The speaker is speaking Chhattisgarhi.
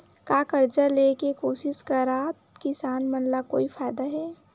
का कर्जा ले के कोशिश करात किसान मन ला कोई फायदा हे?